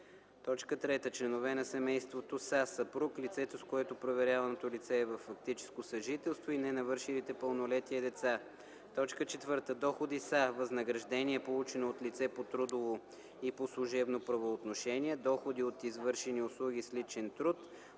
цел. 3. „Членове на семейството” са съпруг, лицето, с което проверяваното лице е във фактическо съжителство, и ненавършилите пълнолетие деца. 4. „Доходи” са: възнаграждение, получено от лице по трудово и по служебно правоотношение, доходи от извършени услуги с личен труд,